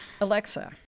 Alexa